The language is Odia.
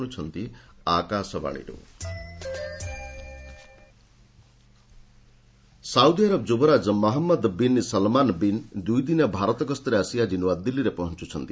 crown prince visit Saudi Arab ଯୁବରାଜ ମହମ୍ମଦ ବିନ୍ ସଲ୍ମାନ୍ ବିନ୍ ଦୁଇଦିନିଆ ଭାରତ ଗସ୍ତରେ ଆସି ଆଜି ନୂଆଦିଲ୍ଲୀରେ ପହଞ୍ଚୁଛନ୍ତି